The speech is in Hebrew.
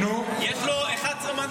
יש לו 11,